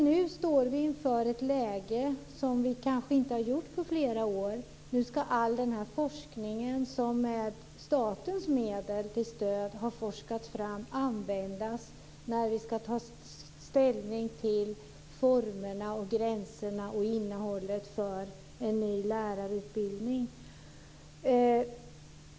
Nu står vi inför ett läge som vi kanske inte har haft på flera år: nu ska all den forskning som med statens medel har tagits fram användas när vi ska ta ställning till formerna för, gränserna för och innehållet i en ny lärarutbildning.